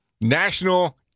National